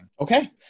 okay